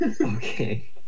Okay